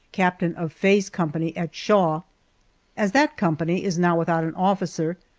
captain of faye's company at shaw as that company is now without an officer,